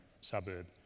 suburb